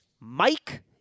Mike